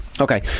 Okay